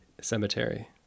cemetery